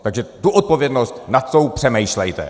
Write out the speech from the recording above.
Takže ta odpovědnost, nad tou přemýšlejte.